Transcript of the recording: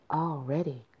already